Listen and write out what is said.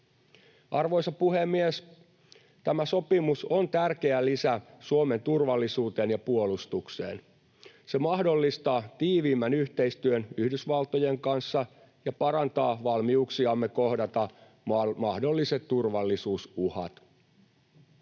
Arvoisa puhemies! Tämä sopimus on tärkeä lisä Suomen turvallisuuteen ja puolustukseen. Se mahdollistaa tiiviimmän yhteistyön Yhdysvaltojen kanssa ja parantaa valmiuksiamme kohdata mahdolliset turvallisuusuhat.